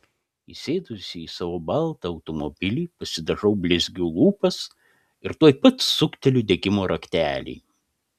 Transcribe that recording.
įsėdusi į savo baltą automobilį pasidažau blizgiu lūpas ir tuoj pat sukteliu degimo raktelį